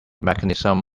mechanism